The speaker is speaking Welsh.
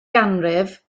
ganrif